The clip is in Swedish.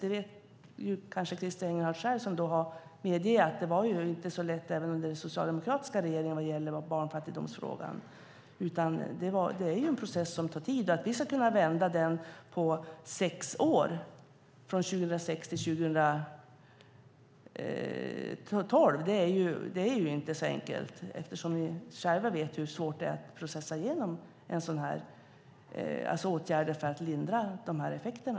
Det vet kanske Christer Engelhardt själv som har medgett att barnfattigdomsfrågan inte var så enkel ens under den socialdemokratiska regeringen. Det är en process som tar tid. Att vi ska kunna vända den på sex år, från 2006 till 2012, är inte så enkelt. Ni vet själva hur svårt det är att processa igenom åtgärder för att lindra de här effekterna.